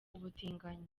ubutinganyi